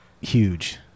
huge